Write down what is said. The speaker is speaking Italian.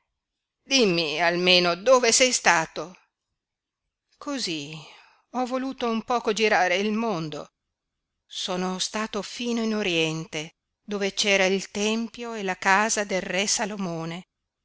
dimmi almeno dove sei stato cosí ho voluto un poco girare il mondo sono stato fino in oriente dove c'era il tempio e la casa del re salomone